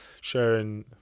sharing